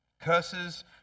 curses